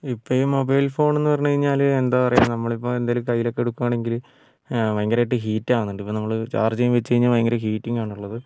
ഇപ്പോൾ ഈ മൊബൈൽ ഫോണെന്നു പറഞ്ഞു കഴിഞ്ഞാൽ എന്താ പറയുക നമ്മളിപ്പോൾ എന്തെങ്കിലും കയ്യിലൊക്കെ എടുക്കുകയാണെങ്കിൽ ഭയങ്കരമായിട്ട് ഹീറ്റ് ആവുന്നുണ്ട് ഇപ്പോൾ നമ്മൾ ചാർജ് ചെയ്യാൻ വച്ചു കഴിഞ്ഞാൽ ഭയങ്കര ഹീറ്റിങ്ങാണ് ഉള്ളത്